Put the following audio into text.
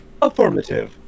Affirmative